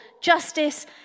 justice